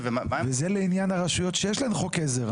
וזה עוד לגבי הרשויות שכן יש להן חוק עזר.